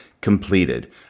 completed